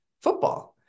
football